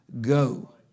go